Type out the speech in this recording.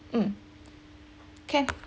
mm can